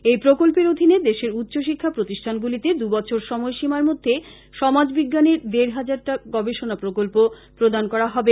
এই প্রকল্পের অধীনে দেশের উচ্চশিক্ষা প্রতিষ্ঠানগুলিতে দুবছর সময়সীমার মধ্যে সমাজ বিজ্ঞানের দেড় হাজারটা গবেষণা প্রকল্প প্রদান করা হবে